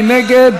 מי נגד?